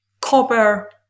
copper